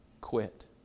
quit